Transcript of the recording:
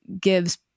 gives